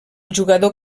jugador